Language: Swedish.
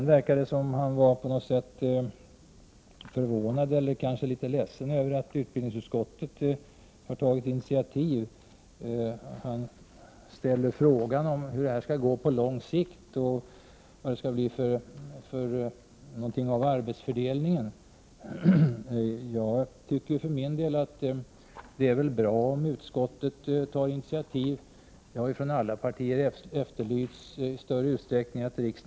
Det verkar dessutom som om Lars Leijonborg var förvånad, eller kanske litet ledsen, över att utbildningsutskottet har tagit initiativ. Han ställer frågan hur det skall gå på lång sikt och vad det skall bli av arbetsfördelningen. Jag tycker att det är bra om utskottet tar initiativ. Det har ju från alla partier efterlysts att riksdagen i större utsträckning skall vara aktiv.